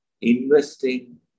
investing